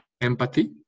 empathy